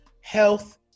health